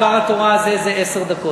דבר התורה זה עשר דקות.